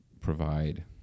provide